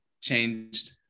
changed